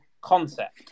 concept